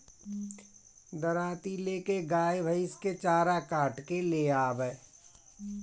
दराँती ले के गाय भईस के चारा काट के ले आवअ